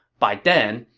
by then,